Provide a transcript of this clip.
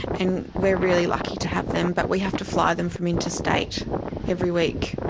and we're really lucky to have them but we have to fly them from interstate every week.